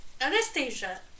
Anastasia